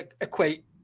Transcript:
equate